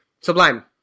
Sublime